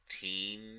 teen